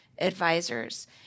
advisors